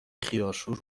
خیارشور